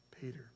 Peter